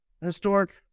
Historic